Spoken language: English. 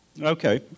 Okay